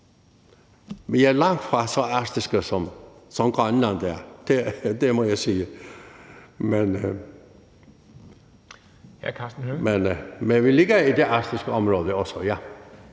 vi er langtfra så arktiske, som Grønland er. Det må jeg sige. Men vi ligger også i det arktiske område, ja.